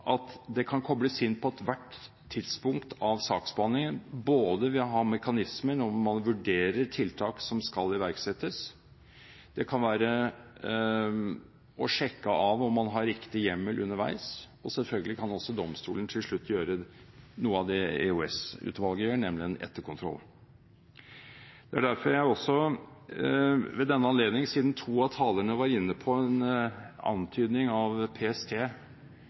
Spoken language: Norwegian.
at det kan kobles inn på ethvert tidspunkt av saksbehandlingen – ved å ha mekanismer når man vurderer tiltak som skal iverksettes, og det kan være å sjekke om man har riktig hjemmel underveis. Og selvfølgelig kan også domstolen til slutt gjøre noe av det EOS-utvalget gjør, nemlig en etterkontroll. Det er derfor jeg også ved denne anledning, siden to av talerne var inne på en antydning om PST